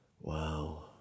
Wow